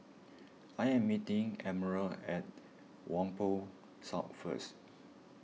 I am meeting Admiral at Whampoa South first